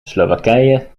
slowakije